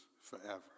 forever